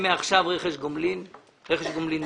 מעכשיו רכש גומלין מלא.